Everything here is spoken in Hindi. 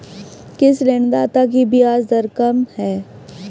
किस ऋणदाता की ब्याज दर कम है?